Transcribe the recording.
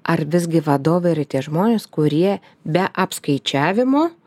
ar visgi vadovai yra tie žmonės kurie be apskaičiavimo